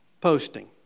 posting